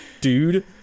dude